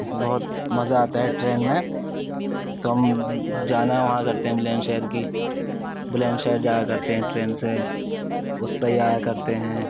اس بہت مزہ آتا ہے ٹرین میں تو ہم جانا وہاں کرتے ہیں بلند شہر کی بلند شہر جایا کرتے ہیں ٹرین سے اس سے ہی آیا کرتے ہیں